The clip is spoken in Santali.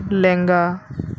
ᱞᱮᱸᱝᱜᱟ